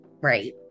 Right